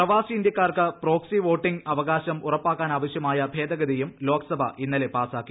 പ്രവാസി ഇന്ത്യാക്കാർക്ക് proxy voting അവകാശം ഉറപ്പാക്കാനാവശ്യമായ ഭേദഗതിയും ലോക്സഭ ഇന്നലെ പാസാക്കി